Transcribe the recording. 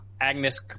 Agnes